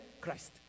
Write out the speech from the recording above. Christ